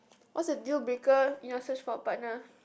what's a deal breaker in your search for a partner